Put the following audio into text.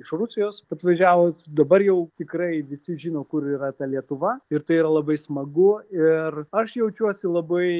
iš rusijos atvažiavoe dabar jau tikrai visi žino kur yra ta lietuva ir tai yra labai smagu ir aš jaučiuosi labai